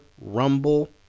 Rumble